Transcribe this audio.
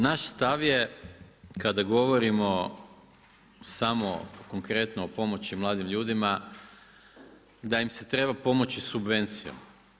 Naš stav je kada govorimo samo konkretno o pomoći mladim ljudima, da im se treba pomoći subvencijom.